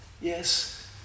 Yes